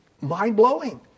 Mind-blowing